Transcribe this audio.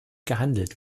gehandelt